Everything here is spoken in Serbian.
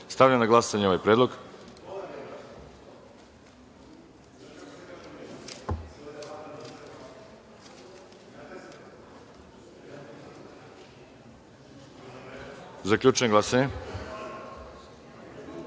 godine. Stavljam na glasanje ovaj predlog. Zaključujem glasanje